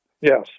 Yes